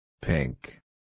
Pink